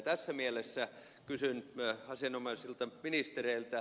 tässä mielessä kysyn asianomaisilta ministereiltä